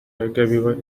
yagabiwe